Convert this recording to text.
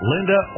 Linda